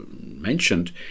mentioned